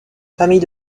famille